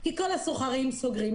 כי כל הסוחרים סוגרים.